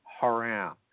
haram